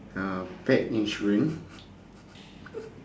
uh pet insurance